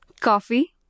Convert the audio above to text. Coffee